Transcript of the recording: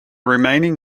remaining